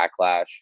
backlash